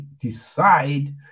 decide